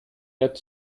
had